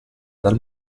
dal